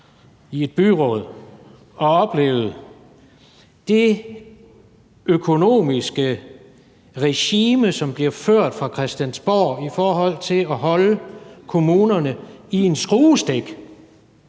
i et byråd og oplevet det økonomiske regime, som bliver ført fra Christiansborg i forhold til at holde kommunerne i en skruestik,